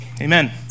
Amen